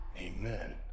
Amen